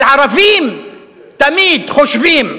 על ערבים תמיד חושבים,